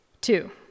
Two